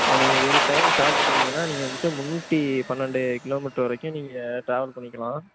நீங்கள் ஒரு time charge பண்ணிங்கன்னால் நீங்கள் வந்துட்டு முன்னூற்றி பன்னெண்டு கிலோமீட்டர் வரைக்கும் நீங்கள் டிராவல் பண்ணிக்கலாம்